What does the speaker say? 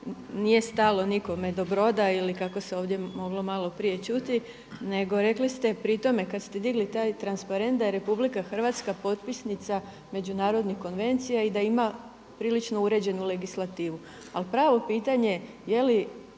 nije stalo nikome do Broda ili kako se ovdje moglo malo prije čuti nego rekli ste pri tome kada ste digli taj transparent da je RH potpisnica međunarodnih konvencija i da ima prilično uređenu legislativu. Ali pravo pitanje je li